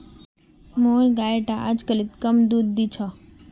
मोर गाय टा अजकालित कम दूध दी छ